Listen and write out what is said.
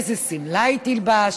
איזו שמלה היא תלבש,